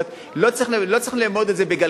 זאת אומרת, לא צריך לאמוד את זה בגלגלים.